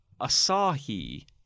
Asahi